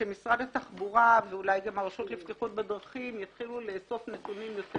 שמשרד התחבורה ואולי גם הרשות לבטיחות בדרכים יתחילו לאסוף נתונים יותר